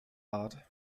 art